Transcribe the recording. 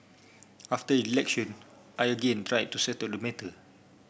after election I again tried to settle the matter